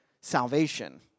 salvation